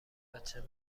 بچه